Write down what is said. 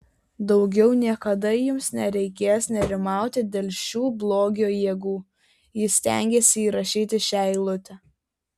daugiau niekada jums nereikės nerimauti dėl šių blogio jėgų jis stengėsi įrašyti šią eilutę